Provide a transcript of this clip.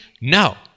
No